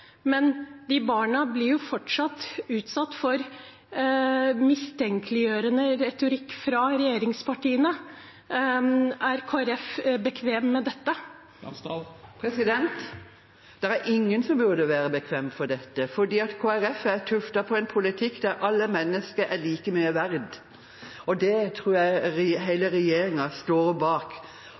Men disse barna blir fortsatt utsatt for mistenkeliggjørende retorikk fra regjeringspartiene. Er Kristelig Folkeparti bekvem med dette? Det er ingen som burde være bekvemme med dette. Kristelig Folkeparti er tuftet på en politikk der alle mennesker er like mye verdt. Det tror jeg hele regjeringen står bak